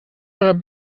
eurer